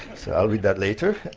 so i'll read that later.